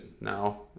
now